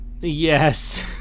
Yes